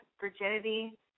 virginity